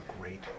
great